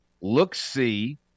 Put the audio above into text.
look-see